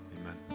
Amen